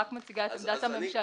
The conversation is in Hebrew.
אני רק מציגה את עמדת הממשלה.